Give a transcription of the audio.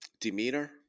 demeanor